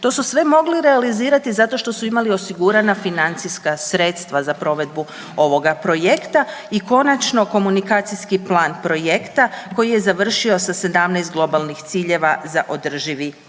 To su sve mogli realizirati zašto što imali osigurana financijska sredstva za provedbu ovoga projekta i končano komunikacijski plan projekta koji je završio sa 17 globalnih ciljeva za održivi razvoj.